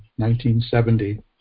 1970